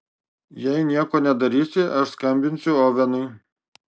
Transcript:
jei nieko nedarysi aš skambinsiu ovenui